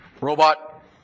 Robot